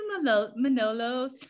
manolos